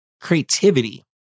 Creativity